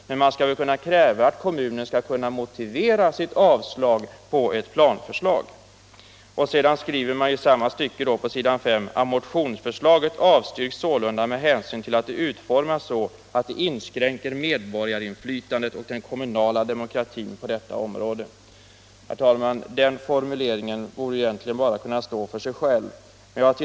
Men man skall väl kunna kräva att kommunen kan motivera sitt avslag på ett planförslag. Sedan står det i samma stycke på s. 5: ”Motionsförslaget avstyrks sålunda med hänsyn till att det utformats så att det inskränker medborgarinflytandet och den kommunala demokratin på detta område.” Herr talman! Den formuleringen talar egentligen för sig själv. Jag har t.